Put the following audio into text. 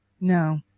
No